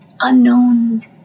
unknown